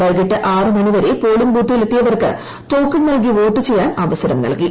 വൈകിട്ട് ആറ് മണി വരെ പോളിങ് ബൂത്തിലെത്തിയവർക്ക് ടോക്കൺ നൽകി വോട്ടുചെയ്യാൻ അവസരം നൽകി